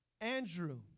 Andrew